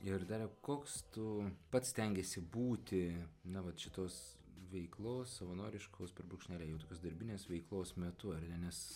ir dariau koks tu pats stengiesi būti na vat šitos veiklos savanoriškos per brūkšnelį jau tokios darbinės veiklos metu ar ne nes